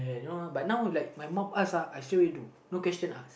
but now like my mum asksuhI straight away do no question ask